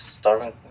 starving